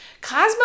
Cosmo